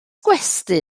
gwesty